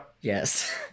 Yes